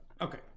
Okay